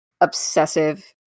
obsessive